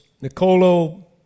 Niccolo